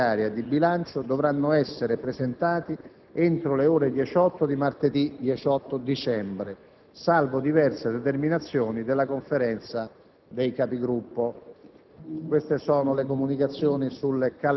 Gli emendamenti ai disegni di legge finanziaria e di bilancio dovranno essere presentati entro le ore 18 di martedì 18 dicembre, salvo diverse determinazioni della Conferenza dei Capigruppo.